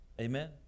Amen